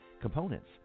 Components